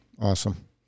Awesome